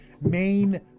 main